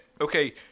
okay